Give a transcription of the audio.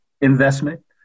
investment